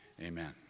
amen